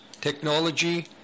technology